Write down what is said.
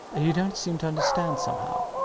you dont seem to understand, somehow.